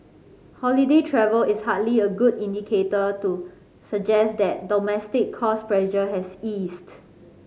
holiday travel is hardly a good indicator to suggest that domestic cost pressure has eased